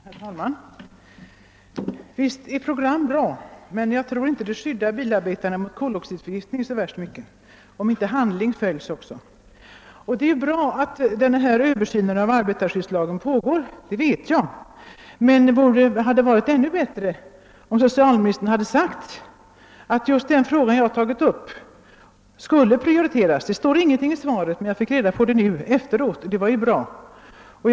Herr talman! Visst är ett program bra, men jag tror inte att det skyddar bilarbetarna så värst mycket mot koloxidförgiftning, om inte också handling följer. Det är också bra att denna översyn av arbetarskyddslagen pågår — jag vet att den gör det — men det hade varit ännu bättre om socialministern hade nämnt att just den fråga jag har tagit upp skulle prioriteras. Det sade han ingenting om i svaret, utan jag fick reda på det nu efteråt, vilket i och för sig var tacknämligt.